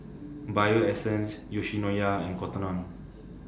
Bio Essence Yoshinoya and Cotton on